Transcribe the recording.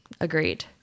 Agreed